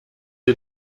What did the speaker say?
ihr